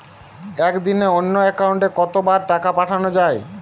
একদিনে অন্য একাউন্টে কত বার টাকা পাঠানো য়ায়?